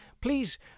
Please